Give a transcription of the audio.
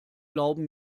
glauben